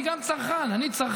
אני גם צרכן, אני צרכן.